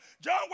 John